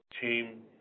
team